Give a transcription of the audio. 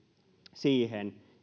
siihen